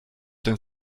ten